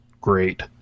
great